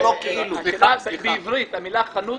המילה "חנות"